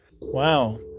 Wow